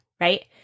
right